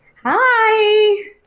Hi